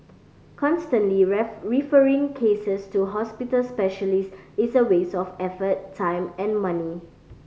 constantly referring cases to hospital specialist is a waste of effort time and money